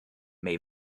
may